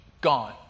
gone